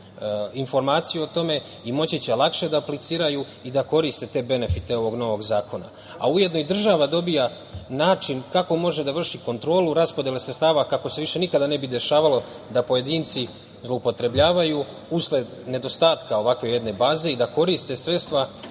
informaciju o tome i moći će lakše da apliciraju i da koriste te benefite ovog novog zakona. Ujedno država dobija način kako može da vrši kontrolu sredstava kako se više nikada ne bi dešavalo da pojedinci zloupotrebljavaju, usled nedostatka ovakve jedne baze i da koriste sredstva